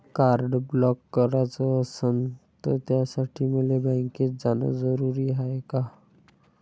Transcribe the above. Card block कराच असनं त त्यासाठी मले बँकेत जानं जरुरी हाय का?